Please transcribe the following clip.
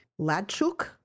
Ladchuk